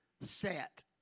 set